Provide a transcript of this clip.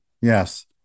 Yes